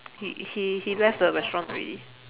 he he he left the restaurant already